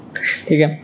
okay